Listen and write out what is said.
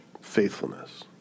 faithfulness